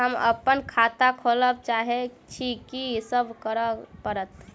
हम अप्पन खाता खोलब चाहै छी की सब करऽ पड़त?